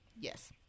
Yes